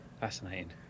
Fascinating